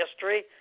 history